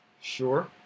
Sure